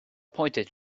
pointed